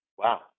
wow